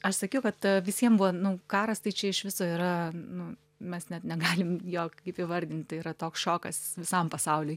aš sakiau kad visiem buvo nu karas tai čia iš viso yra nu mes net negalim jo kaip įvardinti yra toks šokas visam pasauliui